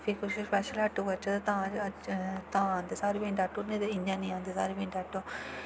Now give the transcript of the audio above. फिर कुछ special auto करचै तां ते साढ़े पिंड आटो नेईं ते इ'यां निं आंदे साढ़े पिंड आटो